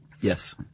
Yes